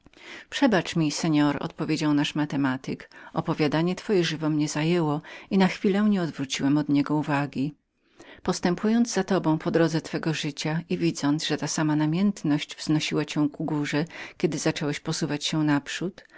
przebacz mi seor odpowiedział nasz matematyk opowiadanie twoje żywo mnie zajęło i na chwilę nie odwróciłem od niego uwagi postępując za tobą po drodze twego życia i widząc jak za każdym krokiem który czyniłeś naprzód